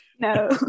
No